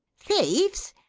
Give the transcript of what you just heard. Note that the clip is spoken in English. thieves?